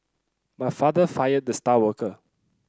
my father fired the star worker